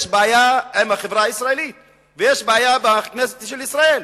יש בעיה עם החברה הישראלית ויש בעיה בכנסת של ישראל.